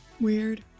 Weird